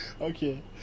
Okay